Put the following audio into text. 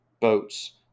boats